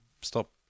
stop